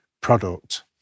product